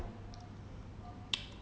我还是看一下